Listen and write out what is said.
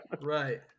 Right